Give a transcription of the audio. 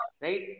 right